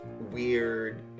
weird